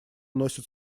носит